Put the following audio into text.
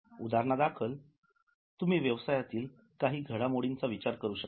उदाहरणादाखल तुम्ही व्यवसायातील काही घडामोडींचा विचार करू शकता